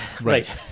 right